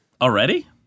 Already